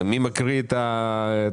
מי קורא את התקנות?